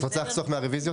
את רוצה לחסוך מהרביזיות?